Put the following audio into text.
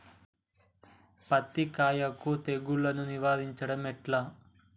పత్తి కాయకు తెగుళ్లను నివారించడం ఎట్లా?